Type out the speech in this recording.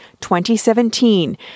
2017